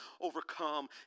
overcome